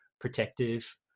protective